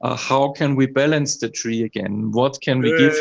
ah how can we balance the tree again. what can we give